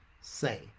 say